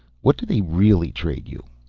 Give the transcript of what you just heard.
what do they really trade you?